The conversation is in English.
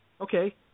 Okay